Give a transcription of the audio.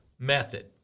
method